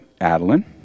Adeline